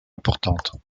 importante